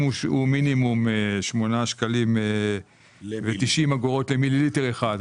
אם הוא מינימום 8,90 שקלים למיליליטר אחד,